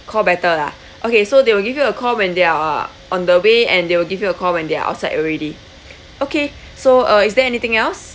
call better lah okay so they will give you a call when they are on the way and they will give you a call when they are outside already okay so uh is there anything else